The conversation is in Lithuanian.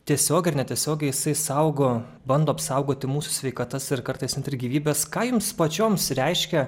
tiesiogiai ar netiesiogiai jisai saugo bando apsaugoti mūsų sveikatas ir kartais net ir gyvybes ką jums pačioms reiškia